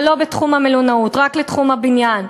אבל לא בתחום המלונאות, רק לתחום הבניין.